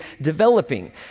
developing